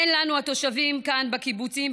אין לנו התושבים כאן בקיבוצים,